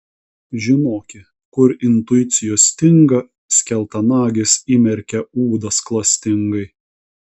žinoki kur intuicijos stinga skeltanagis įmerkia ūdas klastingai